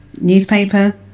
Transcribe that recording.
newspaper